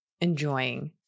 enjoying